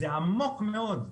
זה עמוק מאוד.